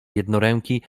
jednoręki